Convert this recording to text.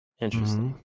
Interesting